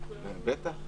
בטח.